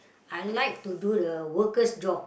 I like to do the workers' job